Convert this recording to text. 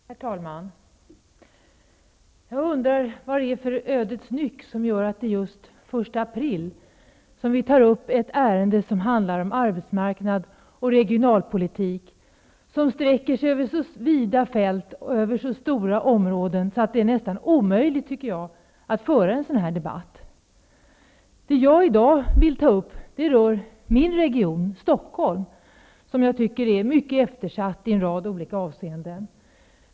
Herr talman! Jag undrar vad det är för ödets nyck som gör att det är just den 1 april som ett ärende tas upp som handlar om arbetsmarknad och regionalpolitik, och som sträcker sig över så vida fält och stora områden att det nästan är omöjligt att föra en sådan debatt. Det jag vill diskutera rör min region, Stockholm, som jag tycker är mycket eftersatt i en rad olika avseenden.